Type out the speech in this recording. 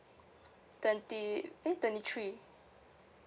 twenty eh twenty three